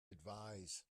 advise